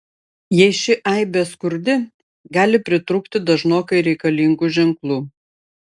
jei ši aibė skurdi gali pritrūkti dažnokai reikalingų ženklų